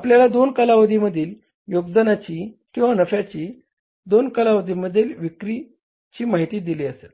आपल्याला दोन कालावधीतील योगदानाची किंवा नफ्याची आणि दोन कालावधीतील विक्रीची माहिती दिली असेल